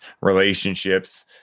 relationships